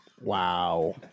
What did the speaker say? Wow